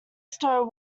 stone